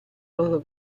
loro